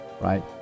right